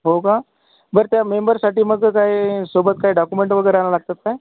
हो का बरं त्या मेंबरसाठी मग काही सोबत काही डॉक्युमेंट वगैरे आणायला लागतात का